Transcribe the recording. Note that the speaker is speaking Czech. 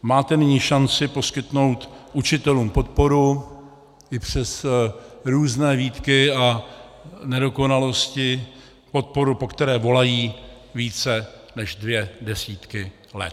Máte nyní šanci poskytnout učitelům podporu i přes různé výtky a nedokonalosti, podporu, po které volají více než dvě desítky let.